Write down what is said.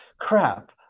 Crap